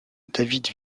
david